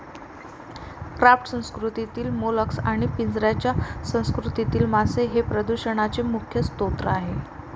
raft संस्कृतीतील mollusc आणि पिंजऱ्याच्या संस्कृतीतील मासे हे प्रदूषणाचे प्रमुख स्रोत आहेत